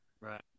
Right